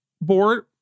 board